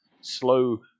slow